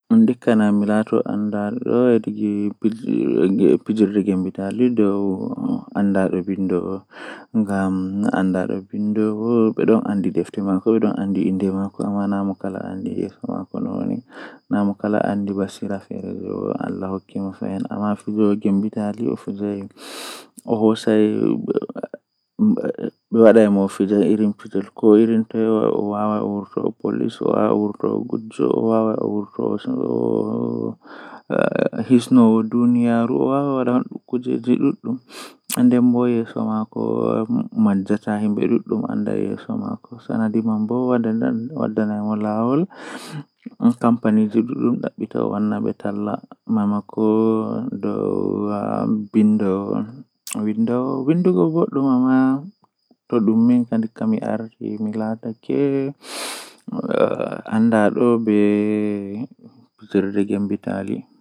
Ndikkinami mi laari fim woonde dow mi janga deftere ngam to adon laara fim do alaran bana zahiran on ndaadum dum don fe'a haa yeeso ma, Amma jangirde bo kanjum woodi bone masin seito ajangi bako afaama ko fe'ata nden to ajangi anuman on e hoore ma nda ko fe'e amma to adon laaroto be hollete nda ko fe'ata.